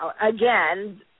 again